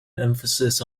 emphasis